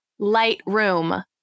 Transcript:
Lightroom